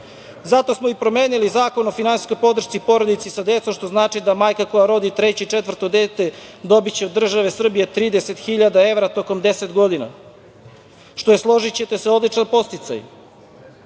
Zato smo i promenili Zakon o finansijskoj podršci porodici sa decom što znači da majka koja rodi treće i četvrto dete dobiće od države Srbije 30.000 evra tokom deset godina. Što je, složićete se, odličan podsticaj. Takođe,